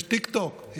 יש טיקטוק,